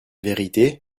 vérité